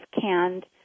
canned